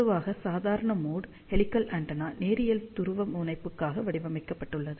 பொதுவாக சாதாரண mode helical antenna நேரியல் துருவமுனைப்புக்காக வடிவமைக்கப்பட்டுள்ளது